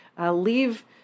Leave